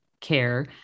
care